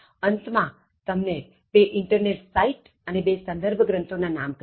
અંત માં તમને બે ઇંટરનેટ સાઇટ અને બે સંદર્ભ ગ્રંથોના નામ કહીશ